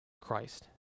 Christ